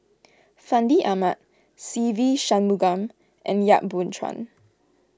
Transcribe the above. Fandi Ahmad Se Ve Shanmugam and Yap Boon Chuan